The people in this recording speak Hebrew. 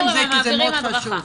הם מעבירים הדרכה.